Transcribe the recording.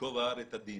ייקוב ההר את הדין.